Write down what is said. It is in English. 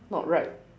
not right